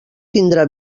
tindrà